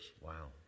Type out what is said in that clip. Wow